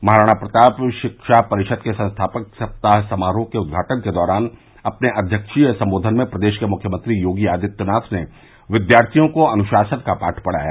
महाराणा प्रताप शिक्षा परिषद के संस्थापक सप्ताह समारोह के उद्घाटन के दौरान अपने अध्यक्षीय संबोधन में प्रदेश के मुख्यमंत्री योगी आदित्यनाथ ने विद्यार्थियों को अनुशासन का पाठ पढ़ाया